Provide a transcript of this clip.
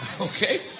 Okay